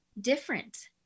different